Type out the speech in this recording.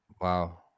Wow